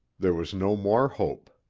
there was no more hope.